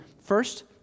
First